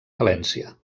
valència